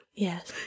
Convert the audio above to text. Yes